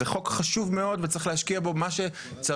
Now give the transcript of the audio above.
זה חוק חשוב מאוד וצריך להשקיע בו מה שצריך.